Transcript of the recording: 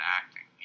acting